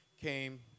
came